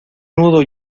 nudo